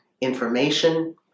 information